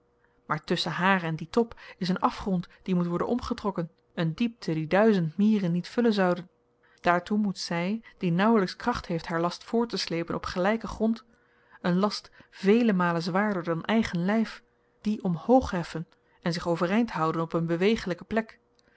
maar tusschen haar en dien top is een afgrond die moet worden omgetrokken een diepte die duizend mieren niet vullen zouden daartoe moet zy die nauwlyks kracht heeft haar last voortteslepen op gelyken grond een last vele malen zwaarder dan eigen lyf dien omhoog heffen en zich overeind houden op een bewegelyke plek